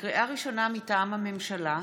לקריאה ראשונה, מטעם הממשלה: